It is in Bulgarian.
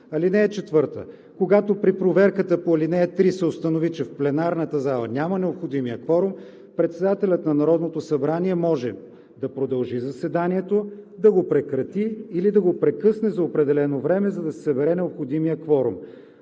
събрание. (4) Когато при проверката по ал. 3 се установи, че в пленарната зала няма необходимия кворум, председателят на Народното събрание може да продължи заседанието, да го прекрати или да го прекъсне за определено време, за да се събере необходимият кворум.